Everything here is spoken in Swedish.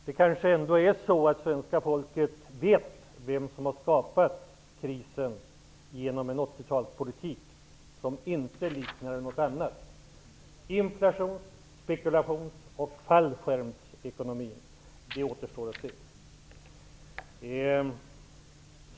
Herr talman! Svenska folket kanske ändå vet vem som har skapat krisen genom en 80-talspolitik som inte liknade någonting annat -- jag tänker på inflations-, spekulations och fallskärmsekonomin. Det återstår att se.